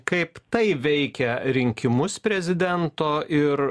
kaip tai veikia rinkimus prezidento ir